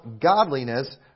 godliness